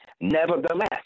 Nevertheless